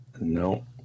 No